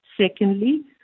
Secondly